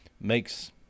makes